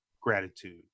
gratitude